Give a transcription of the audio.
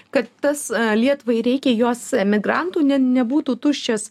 kad tas lietuvai reikia jos emigrantų ne nebūtų tuščias